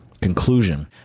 conclusion